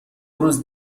روز